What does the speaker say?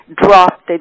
dropped